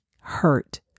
hurt